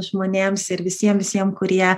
žmonėms ir visiem visiem kurie